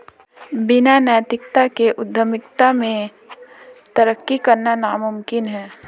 बिना नैतिकता के उद्यमिता में तरक्की करना नामुमकिन है